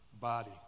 body